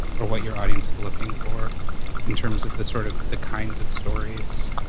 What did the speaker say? or what your audience is looking for in terms of the sort of, the kinds of stories?